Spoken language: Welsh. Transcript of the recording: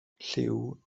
lliw